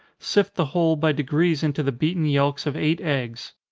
sift the whole by degrees into the beaten yelks of eight eggs.